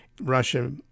Russia